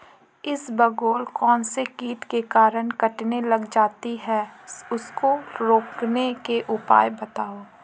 इसबगोल कौनसे कीट के कारण कटने लग जाती है उसको रोकने के उपाय बताओ?